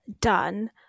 done